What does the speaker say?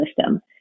system